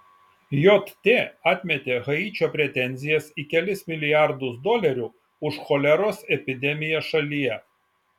jt atmetė haičio pretenzijas į kelis milijardus dolerių už choleros epidemiją šalyje